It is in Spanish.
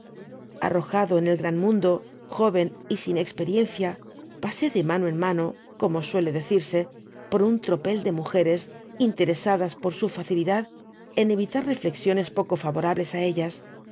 arrojado en el gran mundo joven y sin experiencia pasé de mano en mano como suele decirse por un tropel de raúgeres interesadas por su facilidad en evitar reflexiones poco favorables á ellas